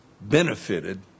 benefited